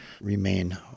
remain